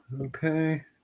Okay